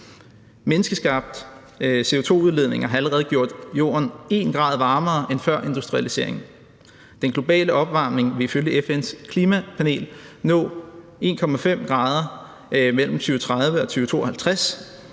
Menneskeskabte CO2-udledninger har allerede gjort jorden 1 grad varmere end før industrialiseringen. Den globale opvarmning vil ifølge FN's klimapanel nå 1,5 grader mellem 2030 og 2052,